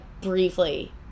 briefly